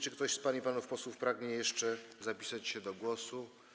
Czy ktoś z pań i panów posłów pragnie jeszcze zapisać się do głosu?